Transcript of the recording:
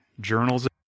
journals